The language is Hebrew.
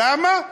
למה?